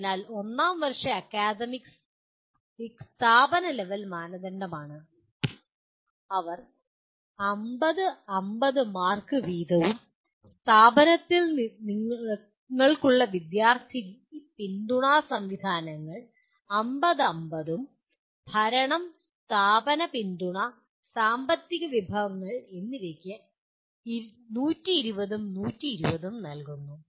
അതിനാൽ ഒന്നാം വർഷ അക്കാദമിക് സ്ഥാപന ലെവൽ മാനദണ്ഡമാണ് അവർ 50 50 മാർക്ക് വീതവും സ്ഥാപനത്തിൽ നിങ്ങൾക്കുള്ള വിദ്യാർത്ഥി പിന്തുണാ സംവിധാനങ്ങൾ 50 50 ഉം ഭരണം സ്ഥാപന പിന്തുണ സാമ്പത്തിക വിഭവങ്ങൾ എന്നിവ 120 120 ഉം നൽകുന്നു